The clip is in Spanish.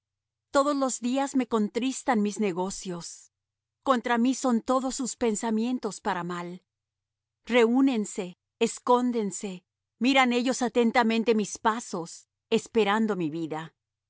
todos los días me contristan mis negocios contra mí son todos sus pensamientos para mal reúnense escóndense miran ellos atentamente mis pasos esperando mi vida